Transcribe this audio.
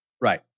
Right